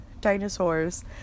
Dinosaurs